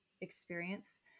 experience